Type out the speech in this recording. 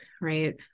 right